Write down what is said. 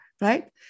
right